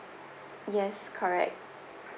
yes correct